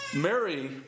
Mary